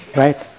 right